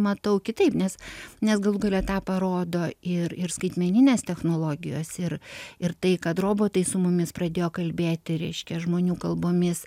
matau kitaip nes nes galų gale tą parodo ir ir skaitmeninės technologijos ir ir tai kad robotai su mumis pradėjo kalbėti reiškia žmonių kalbomis